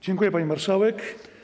Dziękuję, pani marszałek.